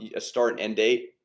yeah a start end date,